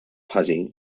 ħażin